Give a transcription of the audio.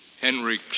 Henry